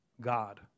God